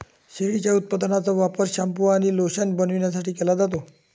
शेळीच्या उपउत्पादनांचा वापर शॅम्पू आणि लोशन बनवण्यासाठी केला जातो